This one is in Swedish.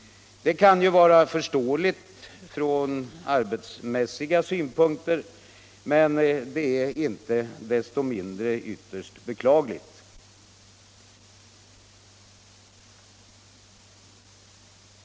Detta kan vara förståeligt från arbetsmässiga synpunkter, men det är inte desto mindre ytterst beklagligt.